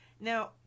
now